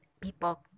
people